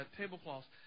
tablecloths